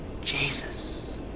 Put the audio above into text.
Jesus